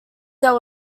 there